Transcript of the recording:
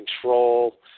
control